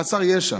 הוא חסר ישע.